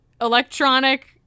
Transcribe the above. electronic